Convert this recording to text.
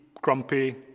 grumpy